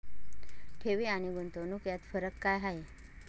ठेवी आणि गुंतवणूक यात फरक काय आहे?